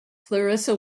clarissa